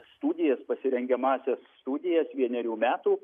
studijas pasirengiamąsias studijas vienerių metų